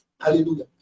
Hallelujah